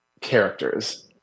characters